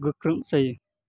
गोख्रों जायो